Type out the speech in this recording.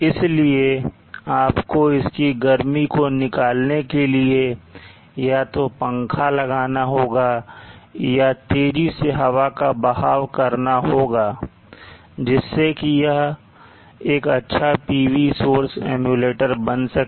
इसलिए आपको इसकी गर्मी को निकालने के लिए या तो पंखा लगाना होगा या तेजी से हवा का बहाव करना होगा जिससे कि यह एक अच्छा PV सोर्स emulator बन सके